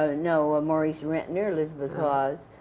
ah no, ah maurice rentner, elizabeth hawes.